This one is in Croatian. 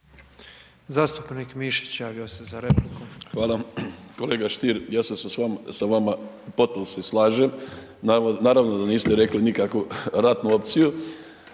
za repliku. **Mišić, Ivica (Nezavisni)** Hvala. Kolega Stier, ja se sa vama u potpunosti slažem, naravno da niste rekli nikakvu ratnu opciju,